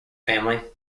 family